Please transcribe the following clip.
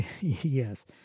Yes